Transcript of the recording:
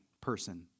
person